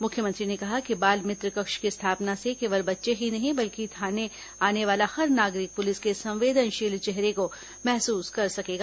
मुख्यमंत्री ने कहा कि बाल मित्र कक्ष की स्थापना से केवल बच्चे ही नहीं बल्कि थाने आने वाला हर नागरिक पुलिस के संवेदनशील चेहरे को महसूस कर सकेगा